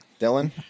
Dylan